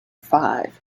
five